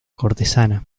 cortesana